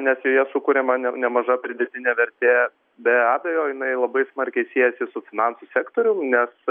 nes joje sukuriama ne nemaža pridėtinė vertė be abejo jinai labai smarkiai siejasi su finansų sektorium nes